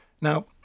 Now